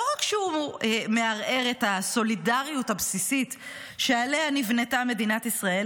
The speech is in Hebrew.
לא רק שהוא מערער את הסולידריות הבסיסית שעליה נבנתה מדינת ישראל,